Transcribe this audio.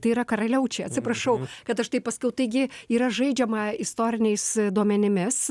tai yra karaliaučiuj atsiprašau kad aš taip pasakiau taigi yra žaidžiama istoriniais duomenimis